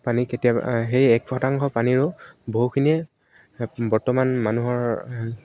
পানী কেতিয়াবা সেই এক শতাংশ পানীৰো বহুখিনিয়ে বৰ্তমান মানুহৰ